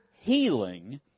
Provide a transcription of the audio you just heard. healing